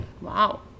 Wow